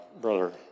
Brother